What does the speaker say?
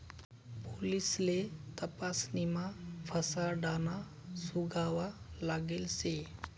पोलिससले तपासणीमा फसाडाना सुगावा लागेल शे